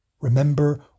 Remember